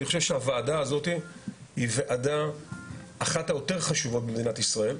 אני חושב שהוועדה הזאת היא ועדה אחת היותר חשובות במדינת ישראל.